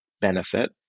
benefit